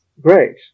great